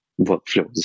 workflows